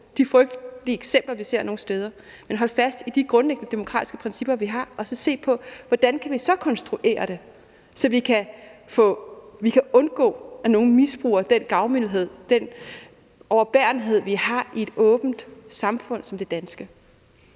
de frygtelige eksempler, vi ser nogle steder, og holde fast i de grundlæggende demokratiske principper, vi har, og se på, hvordan vi så kan konstruere det, så vi kan undgå, at nogle misbruger den gavmildhed og den overbærenhed, vi har i et åbent samfund som det danske.